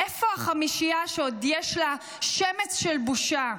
איפה החמישייה שעוד יש לה שמץ של בושה?